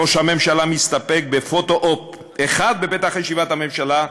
ראש הממשלה מסתפק בפוטו-אופ אחד בפתח ישיבת הממשלה,